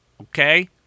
Okay